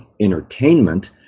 entertainment